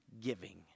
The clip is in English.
giving